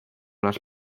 las